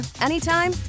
anytime